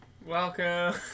Welcome